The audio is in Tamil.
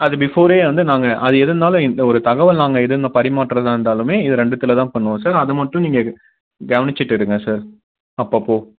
அது பிஃபோரே வந்து நாங்கள் அது எது இருந்தாலும் என்கிட்ட ஒரு தகவல் நாங்கள் இதுன்னு பரிமாற்றதாக இருந்தாலுமே இது ரெண்டுத்தில் தான் பண்ணுவோம் சார் அது மட்டும் நீங்கள் கவனிச்சுட்டு இருங்க சார் அப்போப்போ